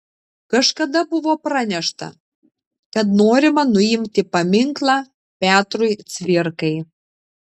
kažkada buvo pranešta kad norima nuimti paminklą petrui cvirkai